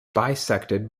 bisected